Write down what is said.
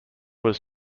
was